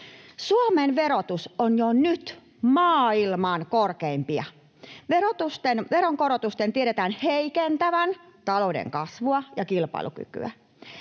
Suomen verotus on jo nyt maailman korkeimpia. Veronkorotusten tiedetään heikentävän talouden kasvua ja kilpailukykyä.